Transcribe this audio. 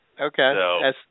Okay